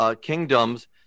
Kingdoms